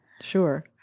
Sure